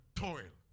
toil